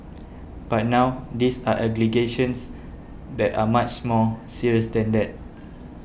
but now these are allegations that are much more serious than that